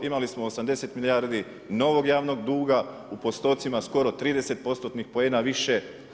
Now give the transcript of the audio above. Imali smo 80 milijardi novog javnog duga u postotcima skoro 30% poena više.